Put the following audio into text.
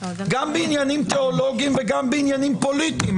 גם בעניינים תיאולוגיים וגם בעניינים פוליטיים,